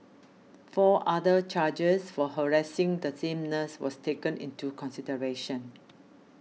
four other charges for harassing the same nurse was taken into consideration